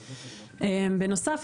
בנוסף,